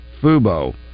Fubo